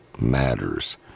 matters